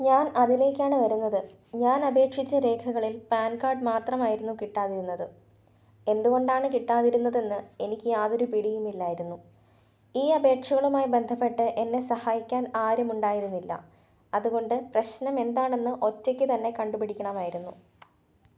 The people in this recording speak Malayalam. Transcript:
ഞാൻ അതിലേക്കാണ് വരുന്നത് ഞാൻ അപേക്ഷിച്ച രേഖകളിൽ പാൻ കാർഡ് മാത്രമായിരുന്നു കിട്ടാതിരുന്നത് എന്തുകൊണ്ടാണ് കിട്ടാതിരുന്നതെന്ന് എനിക്ക് യാതൊരു പിടിയുമില്ലായിരുന്നു ഈ അപേക്ഷകളുമായി ബന്ധപ്പെട്ട് എന്നെ സഹായിക്കാൻ ആരുമുണ്ടായിരുന്നില്ല അതുകൊണ്ട് പ്രശ്നമെന്താണെന്ന് ഒറ്റയ്ക്ക് തന്നെ കണ്ടുപിടിക്കണമായിരുന്നു